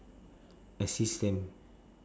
assist them